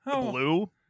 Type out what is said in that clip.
blue